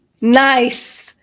Nice